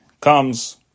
comes